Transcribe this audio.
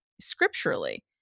scripturally